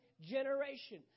generation